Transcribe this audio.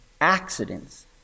accidents